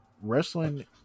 wrestling